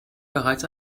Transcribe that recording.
bereits